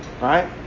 Right